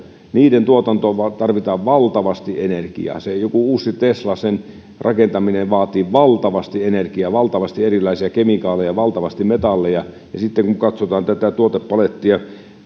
tuotantoon tarvitaan valtavasti energiaa sen jonkun uuden teslan rakentaminen vaatii valtavasti energiaa valtavasti erilaisia kemikaaleja valtavasti metalleja ja sitten kun katsotaan tätä tuotepalettia